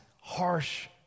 harsh